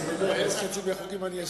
עשר דקות, יש לי הרבה חוקים.